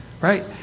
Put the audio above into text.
right